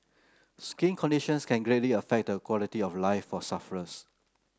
skin conditions can greatly affect the quality of life for sufferers